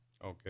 okay